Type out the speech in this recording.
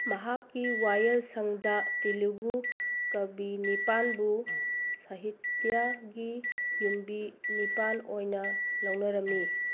ꯃꯍꯥꯛꯀꯤ ꯋꯥꯌꯦꯜꯁꯪꯗ ꯇꯦꯂꯤꯒꯨ ꯀꯕꯤ ꯅꯤꯄꯥꯜꯕꯨ ꯁꯥꯍꯤꯇ꯭ꯌꯥꯒꯤ ꯌꯨꯝꯕꯤ ꯅꯤꯄꯥꯜ ꯑꯣꯏꯅ ꯂꯧꯅꯔꯝꯃꯤ